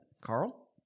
Carl